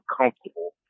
comfortable